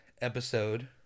episode